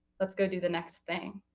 let's go do the next thing.